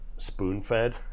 spoon-fed